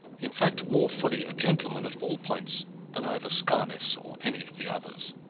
in fact more fully a gentleman at all points than either scarness or any of the others.